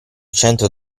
centro